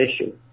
issue